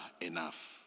enough